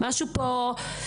נכון.